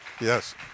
yes